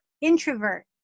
Introvert